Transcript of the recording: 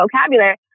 vocabulary